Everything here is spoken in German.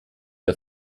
der